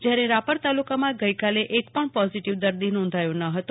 જયારે રાપર તાલુકામાં ગઈકાલે એકપણ પોઝીટીવ દર્દી નોંધાયો ન હતો